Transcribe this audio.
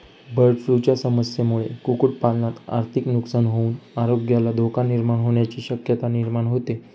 बर्डफ्लूच्या समस्येमुळे कुक्कुटपालनात आर्थिक नुकसान होऊन आरोग्याला धोका निर्माण होण्याची शक्यता निर्माण होते